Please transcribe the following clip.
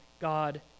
God